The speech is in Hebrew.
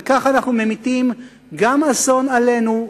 וכך אנחנו ממיטים גם אסון עלינו,